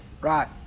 Right